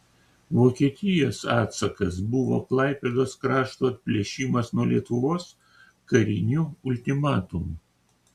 vokietijos atsakas buvo klaipėdos krašto atplėšimas nuo lietuvos kariniu ultimatumu